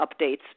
updates